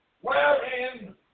wherein